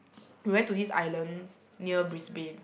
we went to this island near Brisbane